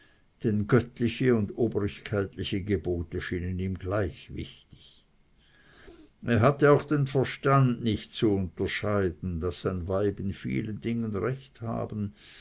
göttliche und oberkeitliche gebote schienen ihm gleich wichtig er hatte auch den verstand nicht zu unterscheiden daß ein weib in vielen dingen recht haben